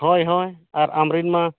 ᱦᱳᱭ ᱦᱳᱭ ᱟᱨ ᱟᱢᱨᱮᱱ ᱢᱟ